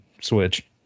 switch